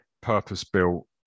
purpose-built